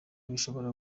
bishobora